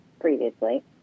previously